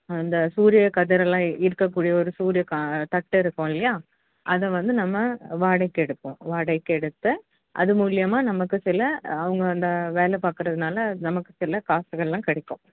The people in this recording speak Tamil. அந்த சூரிய கதிரெல்லாம் ஈர்க்கக்கூடிய ஒரு சூரிய க தட்டு இருக்கும் இல்லையா அதை வந்து நம்ம வாடகைக்கு எடுப்போம் வாடகைக்கு எடுத்து அது மூலயமா நமக்கு சில அவங்க அந்த வேலை பார்க்குறதுனால நமக்கு சில காசுகளெலாம் கிடைக்கும்